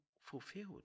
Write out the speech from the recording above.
fulfilled